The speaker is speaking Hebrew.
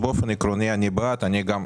אני רוצה